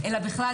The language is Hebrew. אלא בכלל,